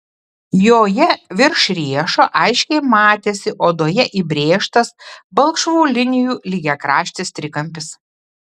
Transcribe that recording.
joje virš riešo aiškiai matėsi odoje įbrėžtas balkšvų linijų lygiakraštis trikampis